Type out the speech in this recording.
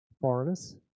foreigners